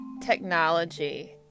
technology